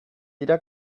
dira